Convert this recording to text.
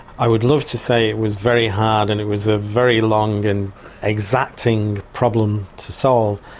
i would love to say it was very hard and it was a very long and exacting problem to solve.